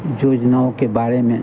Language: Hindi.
योजनाओं के बारे में